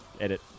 edit